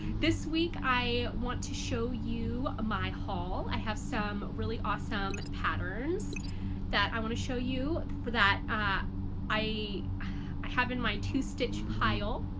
this week i want to show you my haul. i have some really awesome patterns that i want to show you that i i have in my to stitch pile.